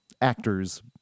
actors